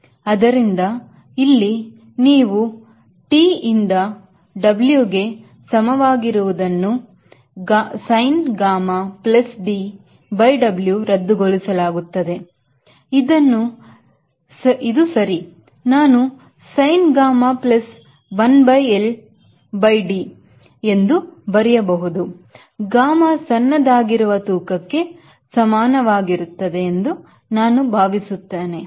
ಆದ್ದರಿಂದ ಇಲ್ಲಿ ನೀವು T ಇಂದ W ಗೆ ಸಮ ವಾಗಿರುವುದನ್ನು in gamma plus D by W ರದ್ದುಗೊಳಿಸಲಾಗುತ್ತದೆ ಇದನ್ನು ಸರಿ ನಾನು sin gamma plus 1 by L by D ಇಂದ ಬರೆಯಬಹುದು gamma ಸಣ್ಣದಾಗಿರುವ ತೂಕಕ್ಕೆ ಸಮಾನವಾಗಿರುತ್ತದೆ ಎಂದು ನಾನು ಭಾವಿಸುತ್ತೇನೆ